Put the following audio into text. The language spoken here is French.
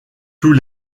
tous